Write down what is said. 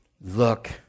Look